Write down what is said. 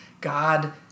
God